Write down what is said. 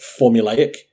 formulaic